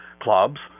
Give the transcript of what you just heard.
clubs